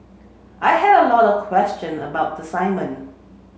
I had a lot of question about the assignment